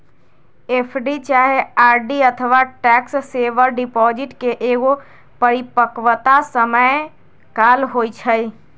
FD चाहे RD अथवा tax saver deposit के एगो परिपक्वता समय काल होइ छइ